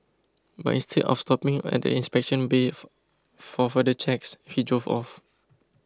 but instead of stopping at the inspection bay for further checks he drove off